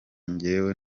njyewe